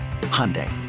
Hyundai